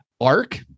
Arc